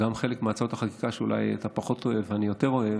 גם חלק מהצעות החקיקה שאולי אתה פחות אוהב ואני יותר אוהב,